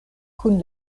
kun